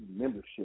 membership